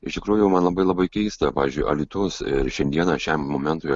iš tikrųjų man labai labai keista pavyzdžiui alytus ir šiandieną šiam momentui